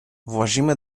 włazimy